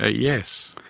ah yes,